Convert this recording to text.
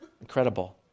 Incredible